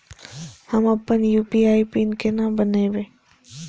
हम अपन UPI PIN केना बनैब?